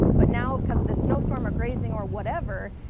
but now because of the snowstorm or grazing or whatever,